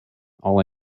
all